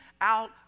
out